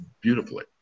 beautifully